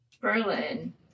Berlin